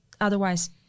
otherwise